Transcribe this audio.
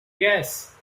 yes